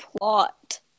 plot